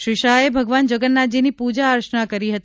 શ્રી શાહે ભગવાન જગન્નાથજીની પૂજા અર્ચના કરી હતી